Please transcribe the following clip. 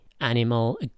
Animal